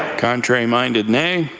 contrary-minded nay.